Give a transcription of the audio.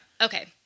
Okay